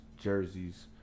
jerseys